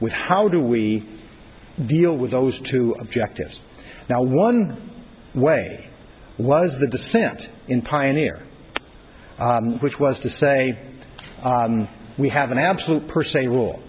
with how do we deal with those two objectives now one way was the dissent in pioneer which was to say we have an absolute per se rule